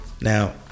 Now